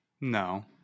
No